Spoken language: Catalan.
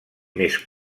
més